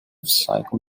cycle